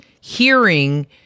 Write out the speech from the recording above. hearing